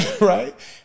Right